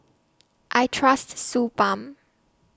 I Trust Suu Balm